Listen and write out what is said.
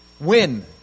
win